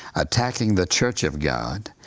attacking the church of god,